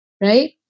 Right